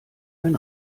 ein